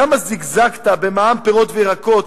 כמה זגזגת במע"מ על פירות וירקות,